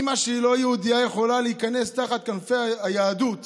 אימא שהיא לא יהודייה יכולה להיכנס תחת כנפי היהדות